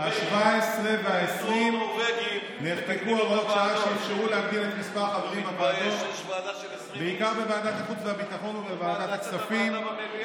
השבע-עשרה והעשרים, אני מבין שיש לכם יותר מדי